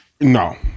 no